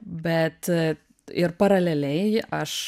bet ir paraleliai aš